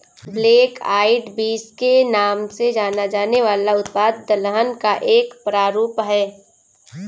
black eyed beans के नाम से जाना जाने वाला उत्पाद दलहन का एक प्रारूप है